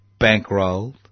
bankrolled